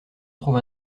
trouve